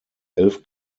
elf